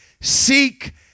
seek